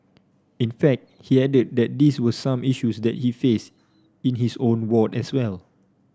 in fact he added that these were some issues that he faced in his own ward as well